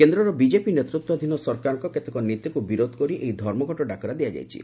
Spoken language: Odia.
କେନ୍ଦ୍ରର ବିଜେପି ନେତୃତ୍ୱାଧୀନ ସରକାରଙ୍କ କେତେକ ନୀତିକୁ ବିରୋଧ କରି ଏହି ଧର୍ମଘଟ ଡାକରା ଦିଆଯାଇଛି